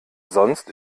sonst